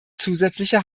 zusätzlicher